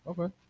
Okay